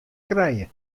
krije